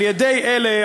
על-ידי אלה,